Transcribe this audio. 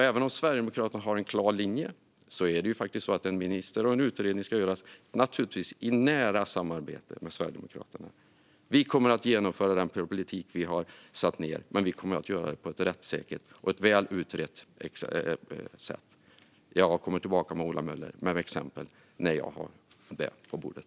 Även om Sverigedemokraterna har en klar linje är det faktiskt så att det finns en minister och att en utredning ska göras, naturligtvis i nära samarbete med Sverigedemokraterna. Vi kommer att genomföra den politik vi har slagit fast, men vi kommer att göra det på ett rättssäkert och väl utrett sätt. Jag kommer tillbaka till Ola Möller med exempel när sådana finns på bordet.